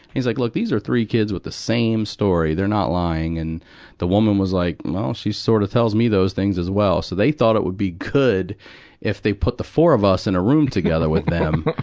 he's like, look, these are three kids with the same story. they're not lying. and the woman woman was like, well, she sort of tells me those things as well. so they thought it would be good if they put the four of us in a room together with them,